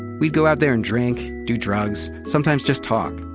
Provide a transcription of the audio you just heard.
we'd go out there and drink, do drugs, sometimes just talk.